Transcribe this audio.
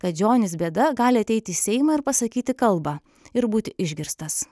kadžionis bėda gali ateit į seimą ir pasakyti kalbą ir būti išgirstas